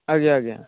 ଆଜ୍ଞା ଆଜ୍ଞା